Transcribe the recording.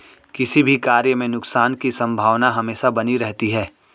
किसी भी कार्य में नुकसान की संभावना हमेशा बनी रहती है